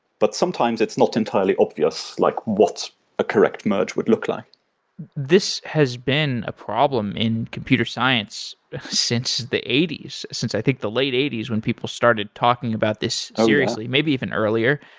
but sometimes, it's not entirely obvious like what a correct merge would look like this has been a problem in computer science since the eighty s, since i think the late eighty s when people started talking about this seriously, maybe even earlier.